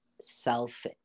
self